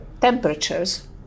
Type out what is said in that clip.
temperatures